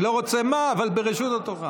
אני לא רוצה לומר מה, אבל ברשות התורה.